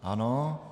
Ano.